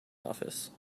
office